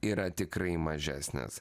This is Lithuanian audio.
yra tikrai mažesnis